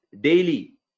daily